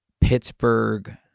Pittsburgh